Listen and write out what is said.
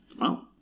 Wow